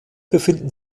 befinden